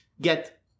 get